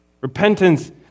Repentance